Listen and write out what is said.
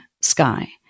sky